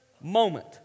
moment